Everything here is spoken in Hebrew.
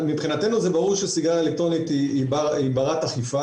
מבחינתנו זה חלק מהתנהגויות סיכון אליהם אנחנו מתייחסים.